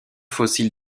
fossiles